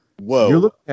whoa